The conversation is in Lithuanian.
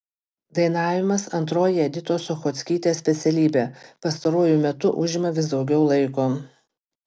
dainavimas antroji editos suchockytės specialybė pastaruoju metu užima vis daugiau laiko